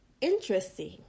interesting